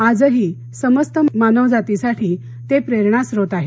आजही समस्त मानवजातीसाठी ते प्रेरणा स्रोत आहेत